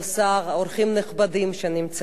אורחים נכבדים שנמצאים כאן,